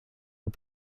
aux